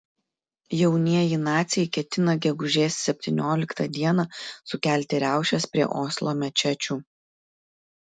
jaunieji naciai ketina gegužės septynioliktą dieną sukelti riaušes prie oslo mečečių